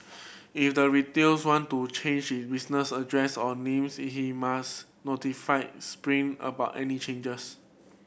if the retails want to change it business address or names he must notify Spring about any changes